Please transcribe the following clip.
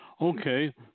Okay